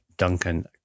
Duncan